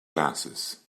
glasses